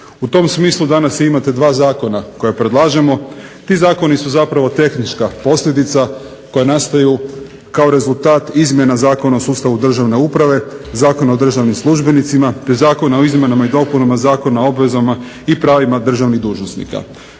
U tom smislu danas imate dva zakona koja predlažemo. Ti zakoni su zapravo tehnička posljedica koja nastaju kao rezultat izmjena Zakona o sustavu državne uprave, Zakona o državnim službenicima te Zakona o izmjenama i dopunama Zakona o obvezama i pravima državnih dužnosnika.